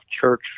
church